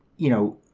you know,